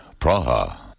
Praha